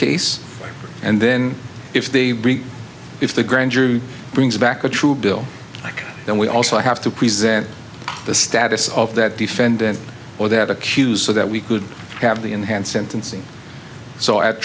case and then if they if the grand jury brings back a true bill like then we also have to present the status of that defendant or that accused so that we could have the enhanced sentencing so at